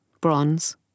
bronze